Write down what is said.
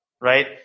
Right